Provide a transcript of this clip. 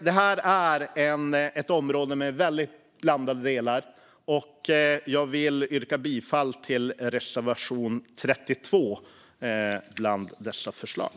Det här är ett område med väldigt blandade delar, och jag vill yrka bifall till reservation 32 bland dessa förslag.